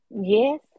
Yes